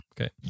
Okay